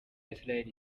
israel